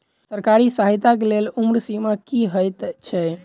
सरकारी सहायता केँ लेल उम्र सीमा की हएत छई?